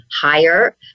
higher